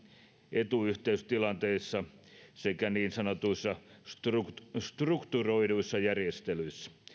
etuyhteystilanteissa sekä niin sanotuissa strukturoiduissa strukturoiduissa järjestelyissä